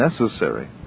necessary